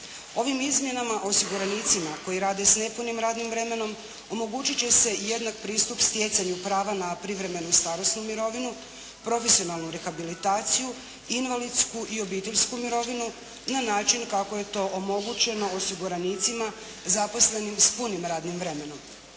Ovim izmjenama osiguranicima koji rade s nepunim radnim vremenom omogućit će se jednak pristup stjecanju prava na privremenu starosnu mirovinu, profesionalnu rehabilitaciju, invalidsku i obiteljsku mirovinu na način kako je to omogućeno osiguranicima zaposlenim s punim radnim vremenom.